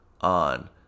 on